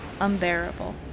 unbearable